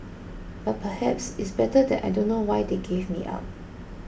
but perhaps it's better that I don't know why they gave me up